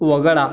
वगळा